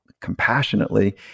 compassionately